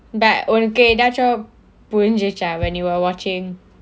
but உனக்கு ஏதாச்சும் புரிஞ்சுச்சா ஏதாச்சும்:unakku ethachum purinjucha ethachum when you were watching